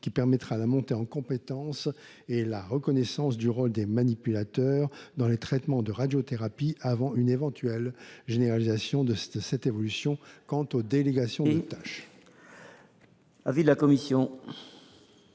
qui permettra la montée en compétences et la reconnaissance du rôle des MEM dans les traitements de radiothérapie, avant une éventuelle généralisation de cette évolution quant aux délégations de tâches. Quel est l’avis de la commission ?